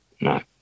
no